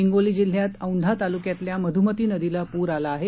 हिंगोली जिल्ह्यात औंढा तालुक्यातल्या मध्मती नदीला पूर आला आहे